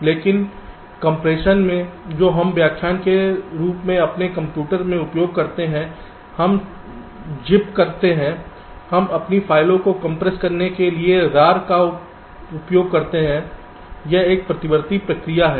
लेकिन कंप्रेशन में जो हम सामान्य रूप से अपने कंप्यूटर में उपयोग करते हैं हम ज़िप करते हैं हम अपनी फाइलों को कंप्रेस करने के लिए rar करते हैं यह एक प्रतिवर्ती प्रक्रिया है